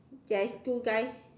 there is two guys